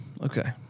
Okay